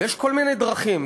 ויש כל מיני דרכים.